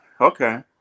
okay